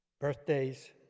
Birthdays